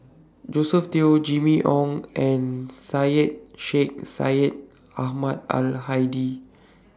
Josephine Teo Jimmy Ong and Syed Sheikh Syed Ahmad Al Hadi